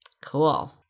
Cool